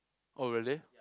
oh really